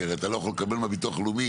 כי הרי אתה לא יכול לקבל מהביטוח הלאומי